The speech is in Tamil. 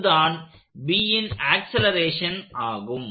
அதுதான் Bன் ஆக்சலேரேஷன் ஆகும்